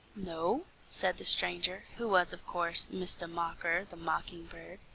no, said the stranger, who was, of course, mistah mocker the mockingbird.